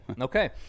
Okay